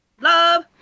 love